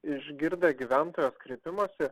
išgirdę gyventojos kreipimąsi